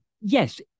yes